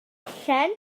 darllen